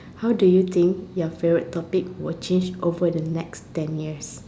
how do you think your favourite topic will change over the next ten years